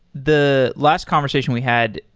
the last conversation we had,